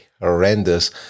horrendous